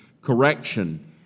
correction